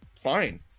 fine